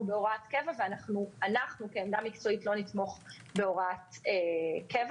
בהוראת שעה ולמה אנחנו כעמדה מקצועית לא נתמוך בהוראת קבע.